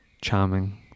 charming